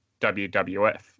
WWF